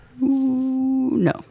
No